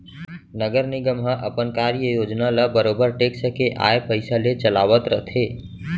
नगर निगम ह अपन कार्य योजना ल बरोबर टेक्स के आय पइसा ले चलावत रथे